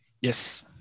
Yes